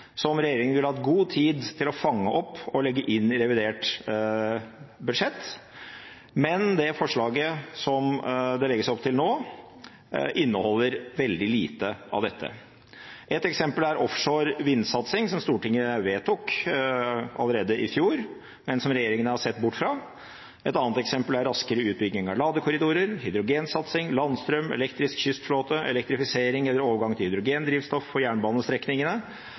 regjeringen ville hatt god tid til å fange opp og legge inn i revidert budsjett, men det forslaget som det legges opp til nå, inneholder veldig lite av dette. Ett eksempel er offshore vindsatsing, som Stortinget vedtok allerede i fjor, men som regjeringen har sett bort fra. Et annet eksempel er raskere utbygging av ladekorridorer, hydrogensatsing, landstrøm, elektrisk kystflåte, elektrifisering eller overgang til hydrogendrivstoff på jernbanestrekningene